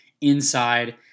inside